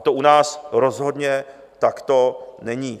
To u nás rozhodně takto není.